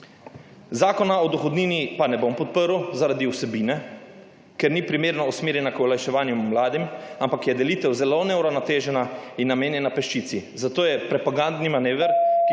Zakona o dohodnini pa ne bom podprl zaradi vsebine, ker ni primerno usmerjena k olajševanju mladim, ampak je delitev zelo neuravnotežena in namenjena peščici. Zato je propagandni manever,